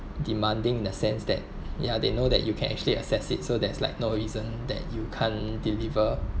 demanding the sense that yeah they know that you can actually access it so there's like no reason that you can't deliver